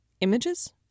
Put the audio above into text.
Images